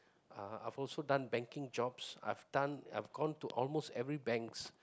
I've also done banking jobs I've done I've gone to almost every banks